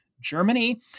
Germany